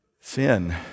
sin